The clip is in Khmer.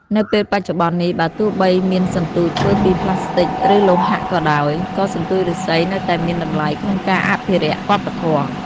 នៅពេលបច្ចុប្បន្ននេះ បើទោះបីមានសន្ទូចធ្វើពីប្លាស្ទិកឬលោហៈក៏ដោយ ក៏សន្ទូចឬស្សីនៅតែមានតម្លៃក្នុងការអភិរក្សវប្បធម៌។